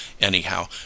anyhow